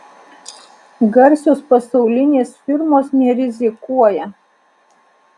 garsios pasaulinės firmos nerizikuoja